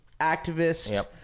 activist